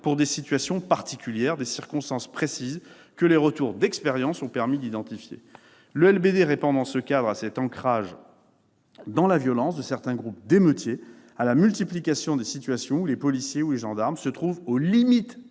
à une situation particulière, dans des circonstances précises que les retours d'expériences ont permis d'identifier. Le LBD répond, dans ce cadre, à cet ancrage dans la violence de certains groupes d'émeutiers, à la multiplication des situations dans lesquelles les policiers ou les gendarmes se trouvent aux limites de